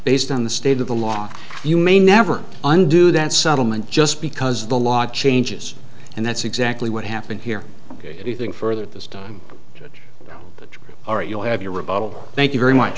based on the state of the law you may never undo that settlement just because the law changes and that's exactly what happened here ok anything further at this time or you'll have your rebuttal thank you very much